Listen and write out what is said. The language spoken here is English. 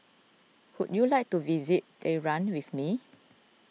would you like to visit Tehran with me